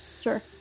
Sure